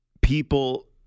people